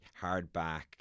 hardback